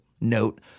note